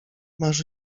masz